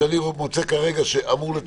כשזה לבד,